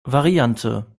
variante